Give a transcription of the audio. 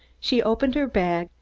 she opened her bag,